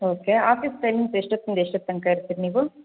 okay office timings ಎಷ್ಟೊತ್ತಿಂದ ಎಷ್ಟೊತ್ತಂಕ ಇರ್ತೀರಿ ನೀವು